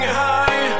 high